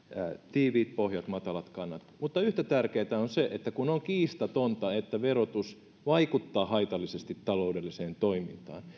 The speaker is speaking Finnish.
tiiviit pohjat matalat kannat mutta yhtä tärkeätä on se että kun on kiistatonta että verotus vaikuttaa haitallisesti taloudelliseen toimintaan